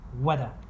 weather